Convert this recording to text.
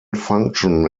function